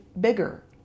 bigger